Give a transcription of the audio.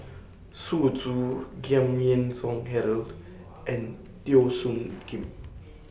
Xu Zhu Giam Yean Song Gerald and Teo Soon Kim